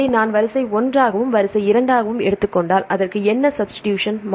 இதை நான் வரிசை 1 ஆகவும் இது வரிசை 2 ஆகவும் எடுத்துக் கொண்டால் அதற்கு என்ன சப்ஸ்டிடூஷன்